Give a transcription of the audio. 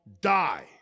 die